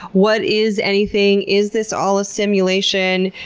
what is anything? is this all a simulation?